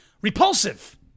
Repulsive